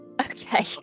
Okay